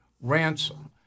ransom